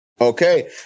Okay